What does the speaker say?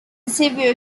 severe